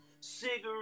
Cigarettes